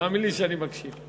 תאמין לי שאני מקשיב.